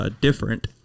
different